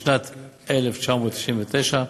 בשנת 1999,